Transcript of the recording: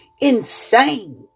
Insane